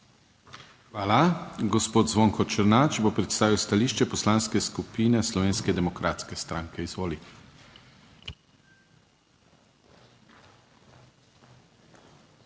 Hvala. Gospod Zvonko Černač bo predstavil stališče Poslanske skupine Slovenske demokratske stranke, izvolite.